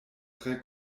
tre